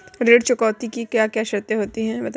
ऋण चुकौती की क्या क्या शर्तें होती हैं बताएँ?